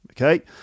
Okay